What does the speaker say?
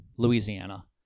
Louisiana